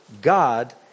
God